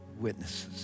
witnesses